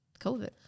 COVID